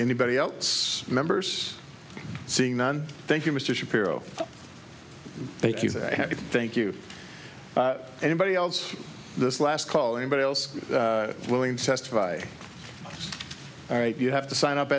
anybody else remembers seeing none thank you mr shapiro thank you thank you anybody else this last call anybody else willing to testify all right you have to sign up